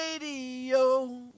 Radio